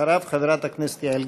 אחריו, חברת הכנסת יעל גרמן.